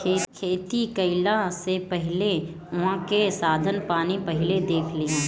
खेती कईला से पहिले उहाँ के साधन पानी पहिले देख लिहअ